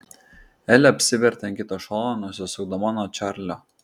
elė apsivertė ant kito šono nusisukdama nuo čarlio